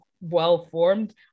well-formed